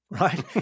right